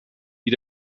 die